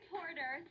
Porter